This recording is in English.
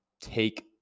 take